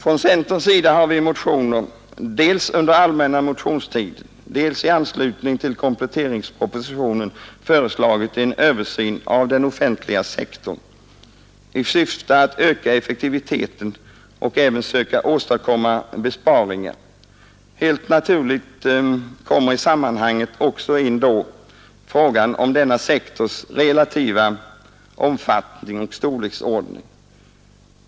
Från centerns sida har vi i motioner dels under allmänna motionstiden, dels i anslutning till kompletteringspropositionen föreslagit en översyn av den offentliga sektorn i syfte att öka effektiviteten och även söka åstadkomma besparingar. Helt naturligt kommer i sammanhanget också in frågan om denna sektors relativa omfattning och storleksordning.